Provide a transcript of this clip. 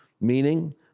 meaning